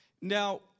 Now